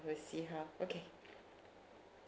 will see how okay